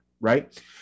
right